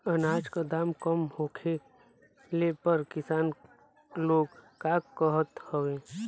अनाज क दाम कम होखले पर किसान लोग का करत हवे?